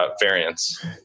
variants